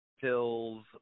pills